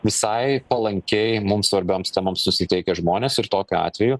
visai palankiai mums svarbioms temoms susiteikę žmonės ir tokiu atveju